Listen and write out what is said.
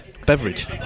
beverage